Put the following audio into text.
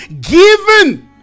given